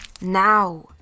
Now